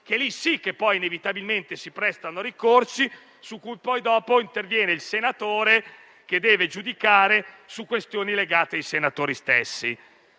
interni, che inevitabilmente si prestano a ricorsi, su cui poi interviene il senatore, che deve giudicare su questioni legate ai senatori stessi.